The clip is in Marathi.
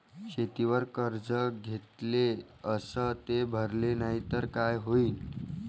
शेतीवर कर्ज घेतले अस ते भरले नाही तर काय होईन?